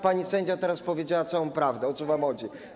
Pani sędzia teraz powiedziała całą prawdę, to, o co wam chodzi.